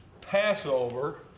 Passover